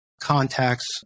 contacts